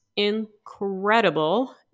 incredible